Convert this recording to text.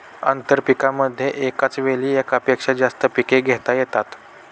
आंतरपीकांमध्ये एकाच वेळी एकापेक्षा जास्त पिके घेता येतात